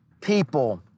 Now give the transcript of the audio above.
people